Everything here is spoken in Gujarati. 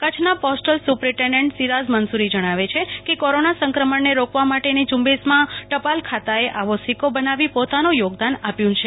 કચ્છના પોસ્ટલ સુપ્રીનટેન્ડેન્ટ સિરાઝ મન્સૂરી જણાવે છે કે કોરોના સંક્રમણ ને રોકવા માટેની ઝુંબેશમાં ટપાલ ખાતા એ આવો સિક્કો બનાવી પોતાનું યોગદાન આપ્યું છે